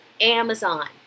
Amazon